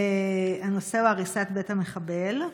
הנושא הוא הריסת בית המחבל.